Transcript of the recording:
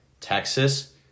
Texas –